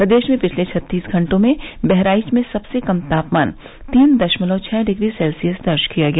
प्रदेश में पिछले छत्तीस घंटों में बहराइच में सबसे कम तापमान तीन दशमलव छह डिग्री सेल्सियस दर्ज किया गया